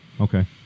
Okay